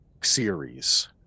series